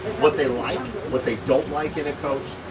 what they like, what they don't like in a coach,